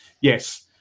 yes